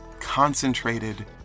concentrated